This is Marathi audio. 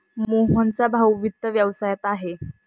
मोहनचा भाऊ वित्त व्यवसायात आहे